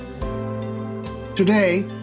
Today